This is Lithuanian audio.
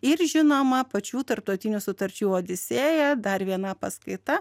ir žinoma pačių tarptautinių sutarčių odisėja dar viena paskaita